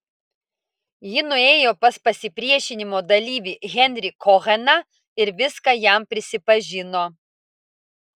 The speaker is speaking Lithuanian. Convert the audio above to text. ji nuėjo pas pasipriešinimo dalyvį henrį koheną ir viską jam prisipažino